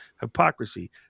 hypocrisy